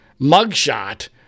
mugshot